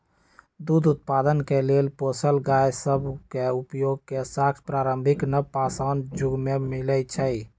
दूध उत्पादन के लेल पोसल गाय सभ के उपयोग के साक्ष्य प्रारंभिक नवपाषाण जुग में मिलइ छै